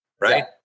Right